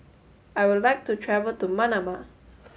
I would like to travel to Manama